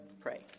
pray